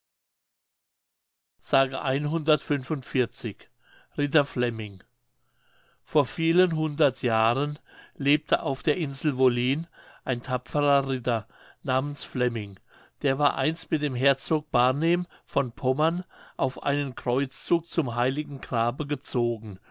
ritter flemming vor vielen hundert jahren lebte auf der insel wollin ein tapferer ritter namens flemming der war einst mit dem herzog barnim von pommern auf einen kreuzzug zum heiligen grabe gezogen